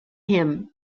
him